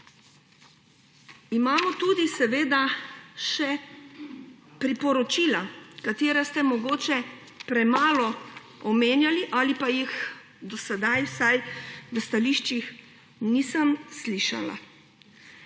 Imamo tudi priporočila, ki ste jih mogoče premalo omenjali ali pa jih do sedaj vsaj v stališčih nisem slišala.